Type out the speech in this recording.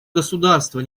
государство